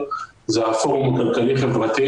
הפורום הכלכלי-חברתי.